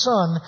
Son